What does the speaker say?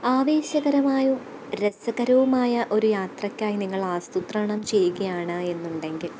ആവേശകരമായോ രസകരവുമായ ഒരു യാത്രക്കായി നിങ്ങളാസൂത്രണം ചെയ്യുകയാണ് എന്നുണ്ടെങ്കില്